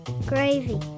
Gravy